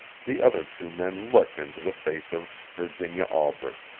the other two men looked into the face of virginia albret,